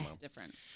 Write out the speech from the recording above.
Different